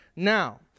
Now